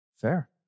Fair